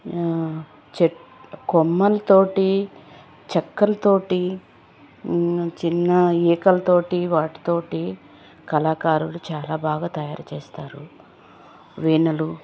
చెట్టు కొమ్మల తోటి చెక్కల తోటి చిన్న ఈకల తోటి వాటితోటి కళాకారులు చాలా బాగా తయారుచేస్తారు వీణలు